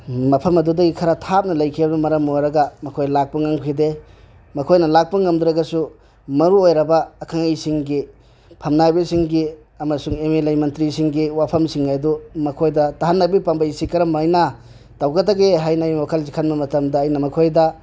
ꯃꯐꯝ ꯑꯗꯨꯗꯒꯤ ꯈꯔ ꯊꯥꯞꯅ ꯂꯩꯈꯤꯕꯅ ꯃꯔꯝ ꯑꯣꯏꯔꯒ ꯃꯈꯣꯏ ꯂꯥꯛꯄ ꯉꯝꯈꯤꯗꯦ ꯃꯈꯣꯏꯅ ꯂꯥꯛꯄ ꯉꯝꯗ꯭ꯔꯒꯁꯨ ꯃꯔꯨ ꯑꯣꯏꯔꯕ ꯑꯈꯪ ꯑꯍꯩꯁꯤꯡꯒꯤ ꯐꯝꯅꯥꯏꯕꯁꯤꯡꯒꯤ ꯑꯃꯁꯨꯡ ꯑꯦꯝ ꯑꯦꯜ ꯑꯦ ꯃꯟꯇ꯭ꯔꯤꯁꯤꯡꯒꯤ ꯋꯥꯐꯝꯁꯤꯡ ꯑꯗꯨ ꯃꯈꯣꯏꯗ ꯇꯥꯍꯟꯅꯕꯒꯤ ꯄꯥꯝꯕꯩꯁꯤ ꯀꯔꯝꯃꯥꯏꯅ ꯇꯧꯒꯗꯒꯦ ꯍꯥꯏꯅ ꯑꯩꯅ ꯋꯥꯈꯜꯁꯦ ꯈꯟꯕ ꯃꯇꯝꯗ ꯑꯩꯅ ꯃꯈꯣꯏꯗ